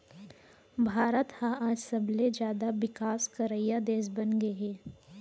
भारत ह आज सबले जाता बिकास करइया देस बनगे हे